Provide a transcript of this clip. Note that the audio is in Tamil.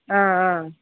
ஆ ஆ